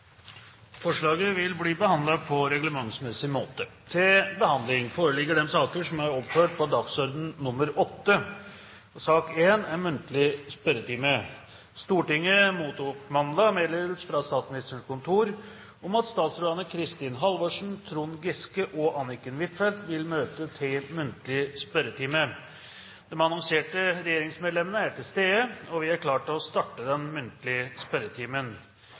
Forslaget vil bli behandlet på reglementsmessig måte. Stortinget mottok mandag meddelelse fra Statsministerens kontor om at statsrådene Kristin Halvorsen, Trond Giske og Anniken Huitfeldt vil møte til muntlig spørretime. De annonserte regjeringsmedlemmene er til stede, og vi er klare til å starte den muntlige spørretimen.